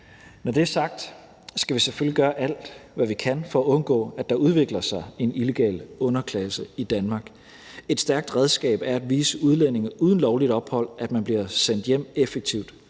Når det er sagt, skal vi selvfølgelig gøre alt, hvad vi kan, for at undgå, at der udvikler sig en illegal underklasse i Danmark. Et stærkt redskab er at vise udlændinge uden lovligt ophold, at man bliver sendt hjem effektivt.